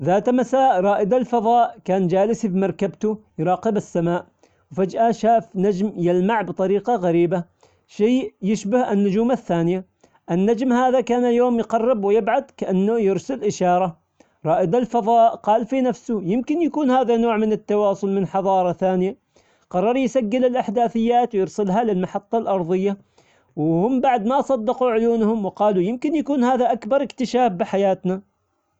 ذات مساء رائد الفضاء كان جالس بمركبته يراقب السماء، وفجأة شاف نجم يلمع بطريقة غريبة، شيء يشبه النجوم الثانية، النجم هذا كان يوم يقرب ويبعد كانه يرسل إشارة، رائد الفضاء قال في نفسه يمكن يكون هذا نوع من التواصل من حظارة ثانية قرر يسجل الإحداثيات ويرسلها للمحطة الأرظية، وهم بعد ما صدقوا عيونهم وقالوا يمكن يكون هذا أكبر اكتشاف بحياتنا.